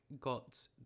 got